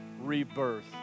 rebirth